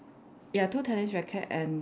ya two tennis racket and